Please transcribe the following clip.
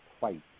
fight